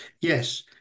Yes